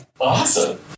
awesome